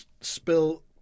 spill